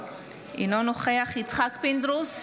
אינו נוכח יצחק פינדרוס,